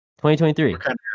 2023